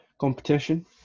competition